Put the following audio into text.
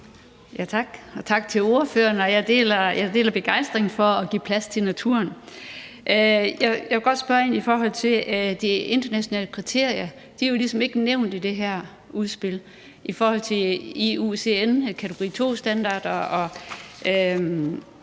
tak til ordføreren. Jeg deler begejstringen for at give plads til naturen. Jeg vil godt spørge ind i forhold til de internationale kriterier, for de er jo ligesom ikke nævnt i det her udspil i forhold til IUCN's kategori II-standarder og